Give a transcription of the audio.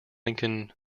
lincoln